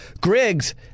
Griggs